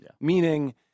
Meaning